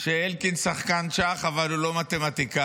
שאלקין שחקן שח אבל הוא לא מתמטיקאי,